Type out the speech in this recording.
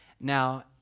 Now